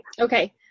Okay